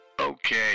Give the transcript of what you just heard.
Okay